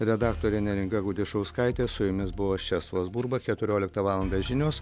redaktorė neringa gudišauskaitė su jumis buvo česlovas burba keturioliktą valandą žinios